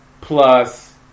plus